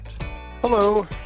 Hello